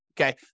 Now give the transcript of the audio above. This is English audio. Okay